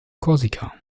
korsika